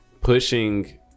pushing